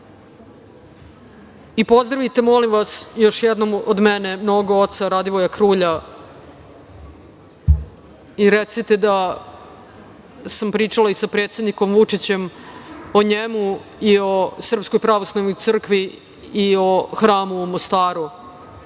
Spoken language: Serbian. itd. Pozdravite molim vas još jednom od mene mnogo oca Radivoja Krulja i recite da sam pričala i sa predsednikom Vučićem o njemu i o SPC i o hramu u Mostaru